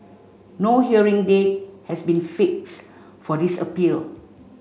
no hearing date has been fix for this appeal